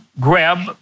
grab